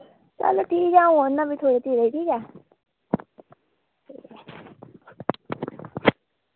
चलो ठीक ऐ अ'ऊं आना फ्ही थोह्ड़े चिरे ठीक ऐ ठीक ऐ